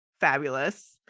Fabulous